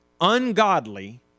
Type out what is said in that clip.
ungodly